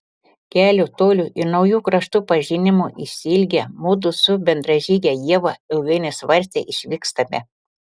kelio tolių ir naujų kraštų pažinimo išsiilgę mudu su bendražyge ieva ilgai nesvarstę išvykstame